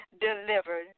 delivered